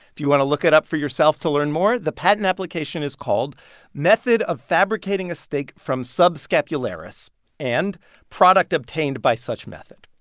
if you want to look it up for yourself to learn more, the patent application is called method of fabricating a steak from subscapularis and product obtained by such method.